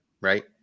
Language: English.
right